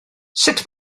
sut